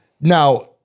Now